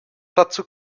dazu